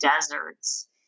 deserts